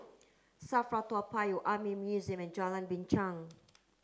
SAFRA Toa Payoh Army Museum and Jalan Binchang